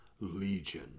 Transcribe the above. Legion